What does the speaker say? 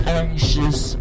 anxious